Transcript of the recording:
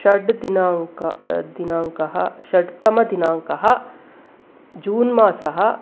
षड् दिनाङ्कः दिनाङ्कः षड्तमदिनाङ्कः जून् मासः